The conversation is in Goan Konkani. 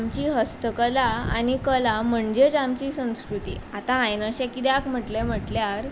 जी हस्तकला आनी कला म्हणजेच आमची संस्कृती आतां हांयें अशें किद्याक म्हटलें म्हटल्यार